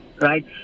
right